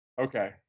Okay